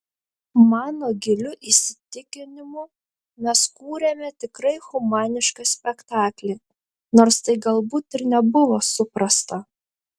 mano giliu įsitikinimu mes kūrėme tikrai humanišką spektaklį nors tai galbūt ir nebuvo suprasta